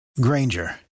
granger